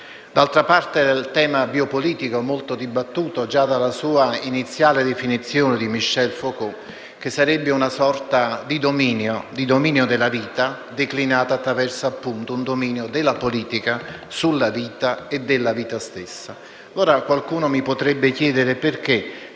D'altra parte, il tema biopolitico è molto dibattuto già dalla sua iniziale definizione di Michel Foucault che la definisce una sorta di dominio della vita, declinata attraverso un dominio della politica sulla vita e della vita stessa. Qualcuno mi potrebbe chiedere perché